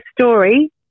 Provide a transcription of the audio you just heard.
story